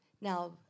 Now